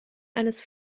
eines